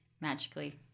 magically